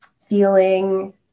Feeling